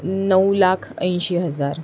नऊ लाख ऐंशी हजार